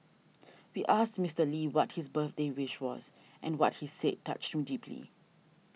we asked Mister Lee what his birthday wish was and what he said touched me deeply